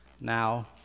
now